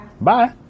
bye